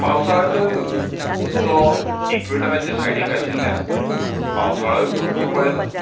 पावसाळ्याचोय तो इकवेटराच्या सायडीक आशिल्ल्यान पावसाळोय भरपूर पळयता